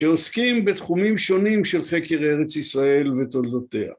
שעוסקים בתחומים שונים של חקר ארץ ישראל ותולדותיה